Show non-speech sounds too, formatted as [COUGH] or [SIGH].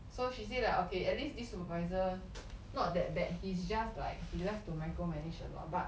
so she say that okay at least this supervisor [NOISE] not that bad he's just like he love to micro manage a lot but